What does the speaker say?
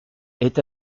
est